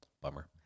Bummer